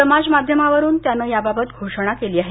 समाज माध्यमावरून त्यान याबाबत घोषणा केली आहे